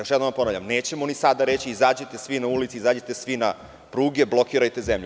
Još jednom ponavljamo nećemo ni sada reći – izađite svi na ulice, izađite svi na pruge, blokirajte zemlju.